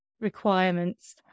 requirements